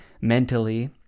mentally